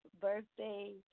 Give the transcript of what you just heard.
birthday